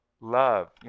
Love